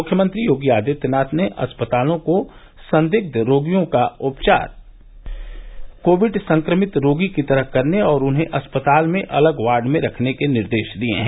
मुख्यमंत्री योगी आदित्यनाथ ने अस्पतालों को संदिग्ध रोगियों का उपचार कोविड संक्रमित रोगी की तरह करने और उन्हें अस्पताल में अलग वार्ड में रखने के निर्देश दिए हैं